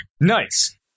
Nice